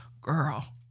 girl